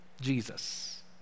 Jesus